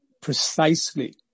precisely